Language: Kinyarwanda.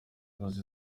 yagize